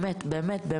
באמת.